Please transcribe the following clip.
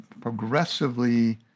progressively